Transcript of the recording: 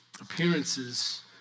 appearances